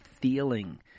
feeling